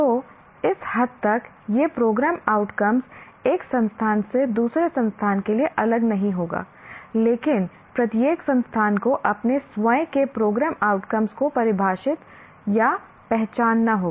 तो इस हद तक यह प्रोग्राम आउटकम्स एक संस्थान से दूसरे संस्थान के लिए अलग नहीं होगा लेकिन प्रत्येक संस्थान को अपने स्वयं के प्रोग्राम आउटकम्स को परिभाषित या पहचानना होगा